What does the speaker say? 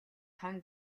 том